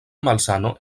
malsano